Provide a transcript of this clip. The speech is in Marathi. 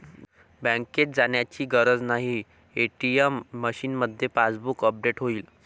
बँकेत जाण्याची गरज नाही, ए.टी.एम मशीनमध्येच पासबुक अपडेट होईल